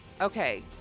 Okay